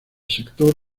sector